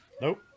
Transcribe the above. Nope